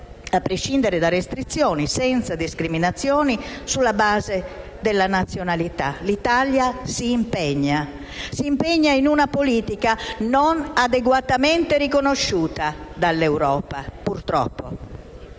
a prescindere da restrizioni, senza discriminazione, sulla base della nazionalità. L'Italia si impegna in una politica non adeguatamente riconosciuta dall'Europa. Abbiamo